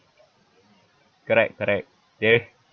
correct correct they